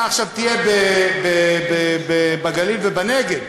אתה תהיה עכשיו בגליל ובנגב,